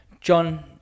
John